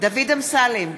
דוד אמסלם,